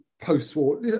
post-war